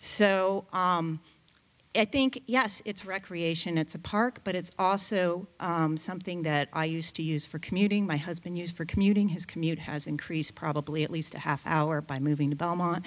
so i think yes it's recreation it's a park but it's also something that i used to use for commuting my husband used for commuting his commute has increased probably at least a half hour by moving to belmont